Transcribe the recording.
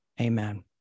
amen